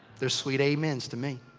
they're sweet amen s to me.